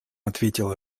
ответила